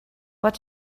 what